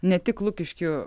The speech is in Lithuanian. ne tik lukiškių